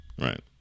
right